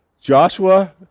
Joshua